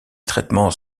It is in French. traitements